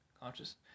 Conscious